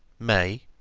may,